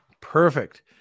perfect